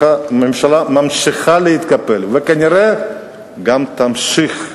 הממשלה ממשיכה להתקפל, וכנראה גם תמשיך.